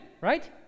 right